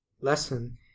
lesson